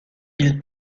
ils